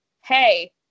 hey